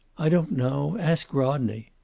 i don't know. ask rodney.